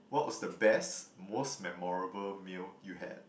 what was the best most memorable meal you had